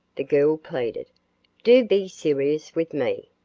the girl pleaded do be serious with me.